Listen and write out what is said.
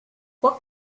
what